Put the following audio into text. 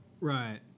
Right